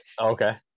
Okay